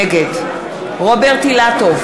נגד רוברט אילטוב,